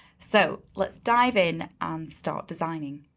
so let's dive in and start designing.